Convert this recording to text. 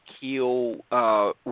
Keel